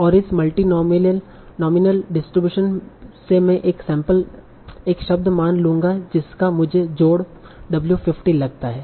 और इस multinomial distribution से मैं एक सैंपल एक शब्द मान लूंगा जिसका मुझे जोड़ w50 लगता है